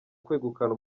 kwegukana